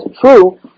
true